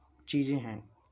चीज़ें हैं